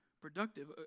productive